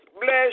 bless